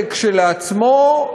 כשלעצמו,